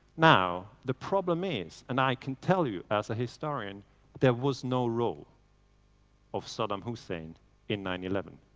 now the problem is and i can tell you as historian there was no role of saddam hussein in nine eleven.